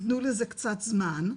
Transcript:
תנו לזה קצת זמן,